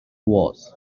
was